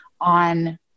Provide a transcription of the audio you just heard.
on